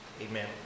Amen